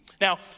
Now